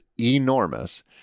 enormous